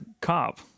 cop